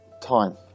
time